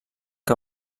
que